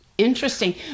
Interesting